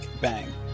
Bang